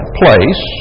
place